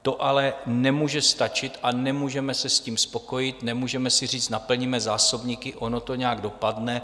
To ale nemůže stačit a nemůžeme se s tím spokojit, nemůžeme si říct naplníme zásobníky, ono to nějak dopadne.